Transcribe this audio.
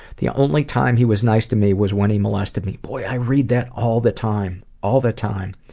the only time he was nice to me was when he molested me. boy, i read that all the time. all the time.